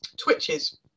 twitches